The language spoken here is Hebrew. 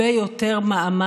עלה בפעם